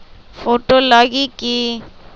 Photo लगी कि?